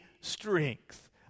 strength